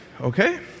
okay